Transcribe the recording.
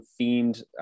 themed